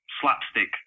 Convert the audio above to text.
slapstick